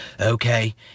okay